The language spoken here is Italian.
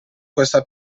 questa